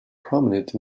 prominent